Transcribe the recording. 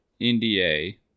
NDA